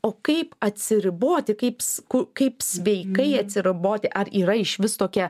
o kaip atsiriboti kaip kaip sveikai atsiriboti ar yra išvis tokia